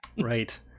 Right